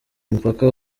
mupaka